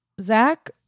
Zach